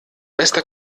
bester